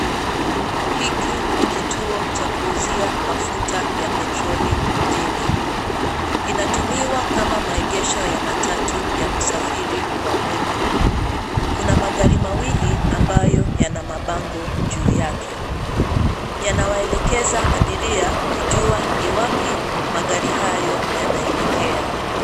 Hiki ni kituo cha kuuzia mafuta ya petroli mjini. Kinatumiwa kama maegesho ya matatu ya usafiri wa umma. Kuna magari mawili ambayo yana mabango juu yake. Yanawaelekeza abiria kujua ni wapi magari hayo yanaelekea.